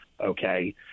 Okay